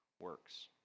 works